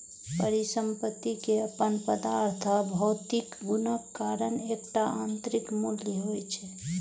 परिसंपत्ति के अपन पदार्थ आ भौतिक गुणक कारण एकटा आंतरिक मूल्य होइ छै